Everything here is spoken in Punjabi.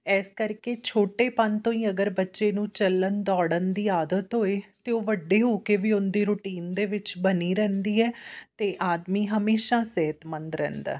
ਇਸ ਕਰਕੇ ਛੋਟੇਪਨ ਤੋਂ ਹੀ ਅਗਰ ਬੱਚੇ ਨੂੰ ਚੱਲਣ ਦੌੜਨ ਦੀ ਆਦਤ ਹੋਏ ਤਾਂ ਉਹ ਵੱਡੇ ਹੋ ਕੇ ਵੀ ਉਹਨਾਂ ਦੀ ਰੂਟੀਨ ਦੇ ਵਿੱਚ ਬਣੀ ਰਹਿੰਦੀ ਹੈ ਅਤੇ ਆਦਮੀ ਹਮੇਸ਼ਾ ਸਿਹਤਮੰਦ ਰਹਿੰਦਾ